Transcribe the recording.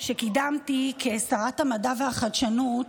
שקידמתי כשרת המדע והחדשנות,